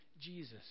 Jesus